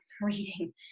reading